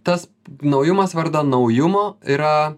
tas naujumas vardan naujumo yra